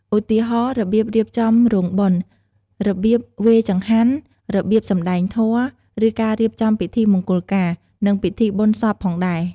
ឧទាហរណ៍ របៀបរៀបចំរោងបុណ្យ របៀបវេរចង្ហាន់ របៀបសំដែងធម៌ ឬការរៀបចំពិធីមង្គលការ និងពិធីបុណ្យសពផងដែរ។